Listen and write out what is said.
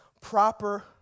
proper